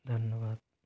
धन्यवाद